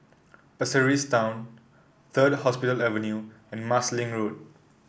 Pasir Ris Town Third Hospital Avenue and Marsiling Road